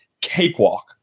cakewalk